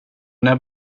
när